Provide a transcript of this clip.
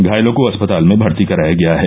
घायलों को अस्पताल में भर्ती कराया गया है